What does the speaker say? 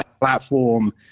platform